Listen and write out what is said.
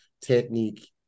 technique